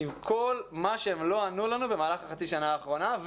עם כל מה שהם לא ענו לנו במהלך החצי שנה האחרונה,